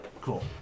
cool